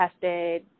tested